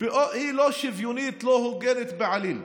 היא לא שוויונית, לא הוגנת בעליל.